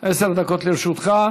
עשר דקות לרשותך,